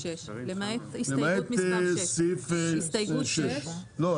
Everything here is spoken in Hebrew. למעט הסתייגות מס' 6. למעט 6. לא.